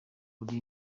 kuri